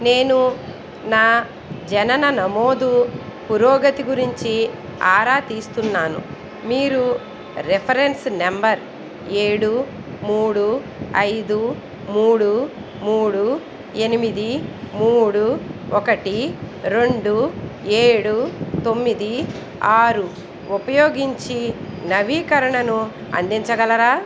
నేను నా జనన నమోదు పురోగతి గురించి ఆరా తీస్తున్నాను మీరు రిఫరెన్స్ నెంబర్ ఏడు మూడు ఐదు మూడు మూడు ఎనిమిది మూడు ఒకటి రెండు ఏడు తొమ్మిది ఆరు ఉపయోగించి నవీకరణను అందించగలరా